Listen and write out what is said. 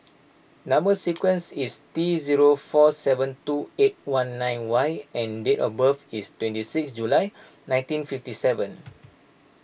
Number Sequence is T zero four seven two eight one nine Y and date of birth is twenty six July nineteen fifty seven